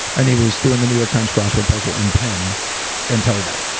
and he was doing the new york times crossword puzzle in pen until he died.